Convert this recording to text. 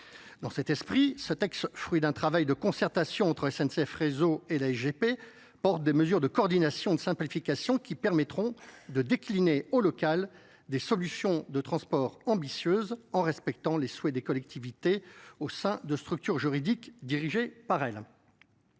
dans cet esprit ce texte, fruit d'un travail de concertation entre la S N C F réseau et la G P porte des mesures de coordination de simplification, qui permettront de décliner au local des solutions de transport ambitieuses en respectant les souhaits des collectivités au sein de structures juridiques dirigées par Pour